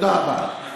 תודה רבה.